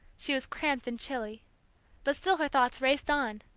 she was cramped and chilly but still her thoughts raced on,